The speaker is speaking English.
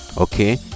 okay